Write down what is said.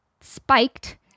Spiked